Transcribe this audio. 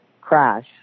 crash